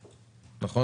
נכון?